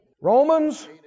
Romans